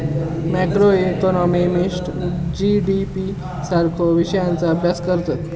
macroeconomist GDP सारख्यो विषयांचा अभ्यास करतत